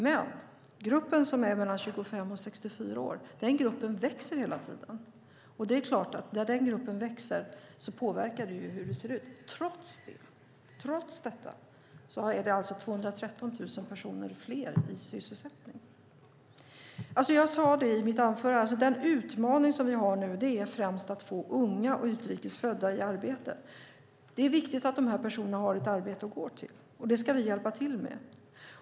Men den grupp som är mellan 25 och 64 år växer hela tiden. När den växer påverkar det såklart hur det ser ut. Trots detta är det alltså 213 000 personer fler i sysselsättning nu. Jag sade i mitt anförande att den utmaning som vi har nu främst är att få unga och utrikes födda i arbete. Det är viktigt att dessa personer har ett arbete att gå till, och det ska vi hjälpa till med.